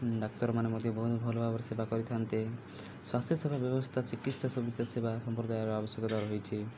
ଡାକ୍ତରମାନେ ମଧ୍ୟ ବହୁତ ଭଲ ଭାବରେ ସେବା କରିଥାନ୍ତି ସ୍ୱାସ୍ଥ୍ୟ ସେବା ବ୍ୟବସ୍ଥା ଚିକିତ୍ସା ସୁବିଧା ସେବା ସମ୍ପ୍ରଦାୟର ଆବଶ୍ୟକତାର ରହିଛି